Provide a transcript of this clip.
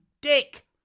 Dick